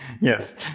Yes